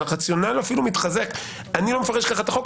אני לא מפרש ככה את החוק,